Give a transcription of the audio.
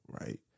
right